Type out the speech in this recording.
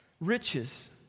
Riches